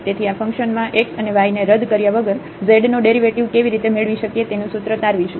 તેથી આ ફંક્શન માં x અને y ને રદ કર્યા વગર z નો ડેરિવેટિવ કેવી રીતે મેળવી શકીએ તેનું સૂત્ર તારવીશું